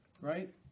right